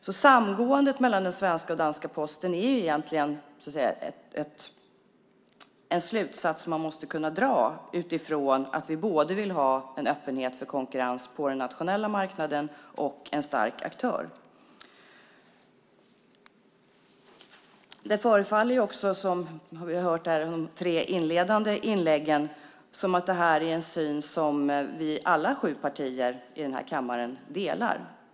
Ett samgående mellan den svenska och den danska Posten är en slutsats man måste kunna dra utifrån att vi vill ha både öppenhet för konkurrens på den nationella marknaden och en stark aktör. Det förefaller, som vi har hört av de tre inledande inläggen, som att det här är en syn som vi alla sju partier i kammaren delar.